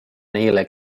neile